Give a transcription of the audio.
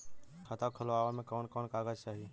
खाता खोलवावे में कवन कवन कागज चाही?